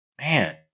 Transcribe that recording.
man